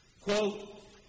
quote